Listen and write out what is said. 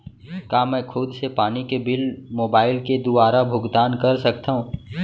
का मैं खुद से पानी के बिल मोबाईल के दुवारा भुगतान कर सकथव?